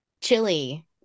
Chili